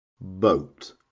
Boat